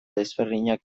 desberdinak